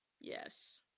yes